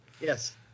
yes